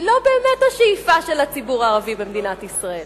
היא לא באמת השאיפה של הציבור הערבי במדינת ישראל.